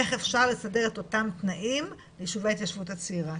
איך אפשר לסדר את אותם תנאים ליישובי ההתיישבות הצעירה,